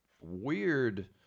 weird